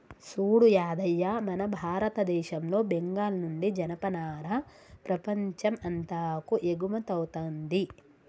సూడు యాదయ్య మన భారతదేశంలో బెంగాల్ నుండి జనపనార ప్రపంచం అంతాకు ఎగుమతౌతుంది